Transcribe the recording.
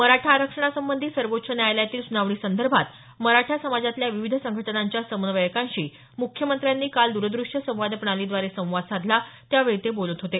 मराठा आरक्षणासंबंधी सर्वोच्च न्यायालयातील सूनावणीसंदर्भात मराठा समाजातल्या विविध संघटनांच्या समन्वयकांशी मुख्यमंत्र्यांनी काल द्रद्रश्य प्रणालीद्वारे संवाद साधला त्यावेळी ते बोलत होते